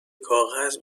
کاغذ